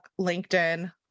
LinkedIn